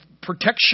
protection